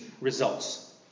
results